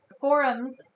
forums